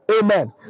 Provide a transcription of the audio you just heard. Amen